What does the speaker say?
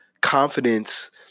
confidence